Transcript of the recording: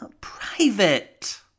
Private